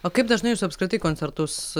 o kaip dažnai jūs apskritai koncertus